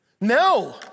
No